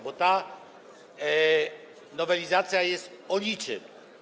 Bo ta nowelizacja jest o niczym.